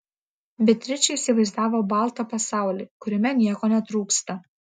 beatričė įsivaizdavo baltą pasaulį kuriame nieko netrūksta